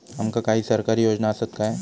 आमका काही सरकारी योजना आसत काय?